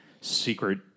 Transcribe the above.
secret